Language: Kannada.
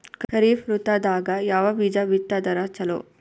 ಖರೀಫ್ ಋತದಾಗ ಯಾವ ಬೀಜ ಬಿತ್ತದರ ಚಲೋ?